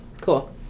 Cool